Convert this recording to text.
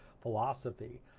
philosophy